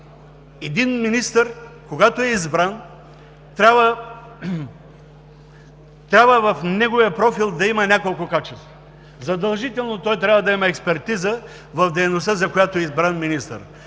един министър, когато е избран, трябва в неговия профил да има няколко качества. Задължително той трябва да има експертиза в дейността, за която е избран министър.